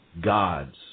gods